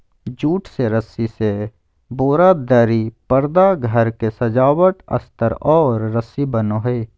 jute से रस्सी से बोरा, दरी, परदा घर के सजावट अस्तर और रस्सी बनो हइ